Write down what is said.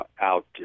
out